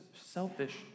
selfish